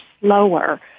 slower